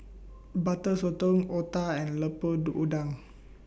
Butter Sotong Otah and Lemper Do Udang